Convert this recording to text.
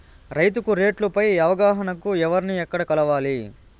రైతుకు రేట్లు పై అవగాహనకు ఎవర్ని ఎక్కడ కలవాలి?